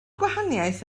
gwahaniaeth